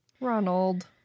Ronald